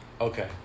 Okay